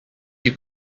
you